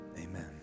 amen